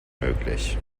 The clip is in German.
möglich